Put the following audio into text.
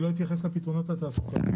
לא אתייחס לפתרונות התעסוקה.